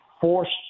forced